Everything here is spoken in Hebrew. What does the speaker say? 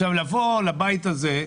עכשיו, לבוא לבית הזה,